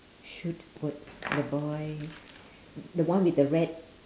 shoot would the boy the one with the red